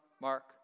Mark